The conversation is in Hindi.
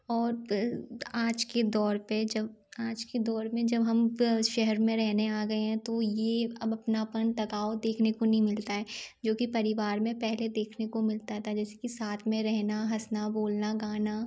और आज के दौर में जब आज के दौर में जब हम शहर में रहने आ गए हैं तो ये अब अपनापन लगाव देखने को नहीं मिलता है जो कि परिवार में पहले देखने को मिलता था जैसे कि साथ में रहेना हंसना बोलना गाना